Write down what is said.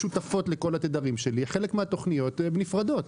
משותפות לכל התדרים שלי וחלק מהתכניות נפרדות.